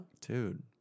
Dude